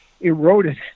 eroded